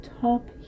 top